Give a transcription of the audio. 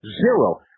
zero